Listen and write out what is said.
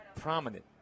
prominent